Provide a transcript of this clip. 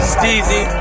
Steezy